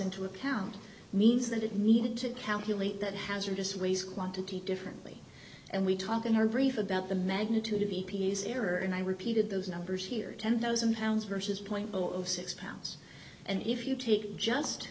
into account means that it needed to calculate that hazardous waste quantity differently and we talked in her brief about the magnitude of the error and i repeated those numbers here ten thousand pounds versus point six pounds and if you take just